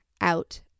out